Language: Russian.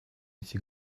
эти